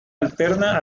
alterna